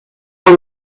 were